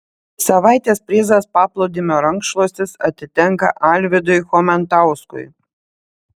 savaitės prizas paplūdimio rankšluostis atitenka alvydui chomentauskui